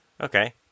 Okay